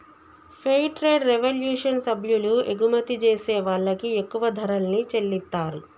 fair trade revolution సభ్యులు ఎగుమతి జేసే వాళ్ళకి ఎక్కువ ధరల్ని చెల్లిత్తారు